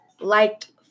liked